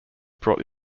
brought